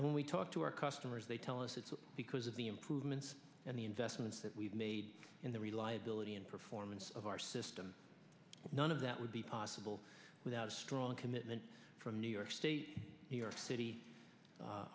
and when we talk to our customers they tell us it's because of the improvements and the investments that we've made in the reliability and performance of our system none of that would be possible without a strong commitment from new york new york city